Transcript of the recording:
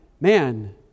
man